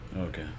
Okay